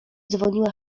dzwoniła